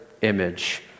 image